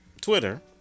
twitter